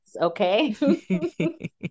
Okay